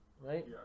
Right